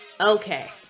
Okay